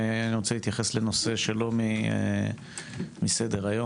אני רוצה להתייחס לנושא שלא נמצא בסדר-היום.